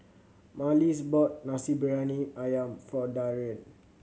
Marlys bought Nasi Briyani Ayam for Darrian